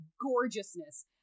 gorgeousness